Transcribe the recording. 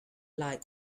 like